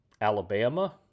Alabama